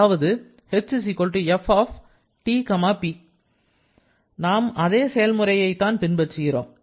அதாவது h f T P நாம் அதே செயல்முறையை தான் பின்பற்றுகிறோம்